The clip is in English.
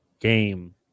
Game